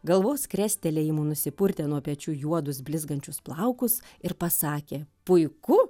galvos krestelėjimu nusipurtė nuo pečių juodus blizgančius plaukus ir pasakė puiku